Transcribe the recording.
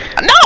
No